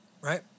right